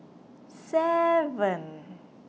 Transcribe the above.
seven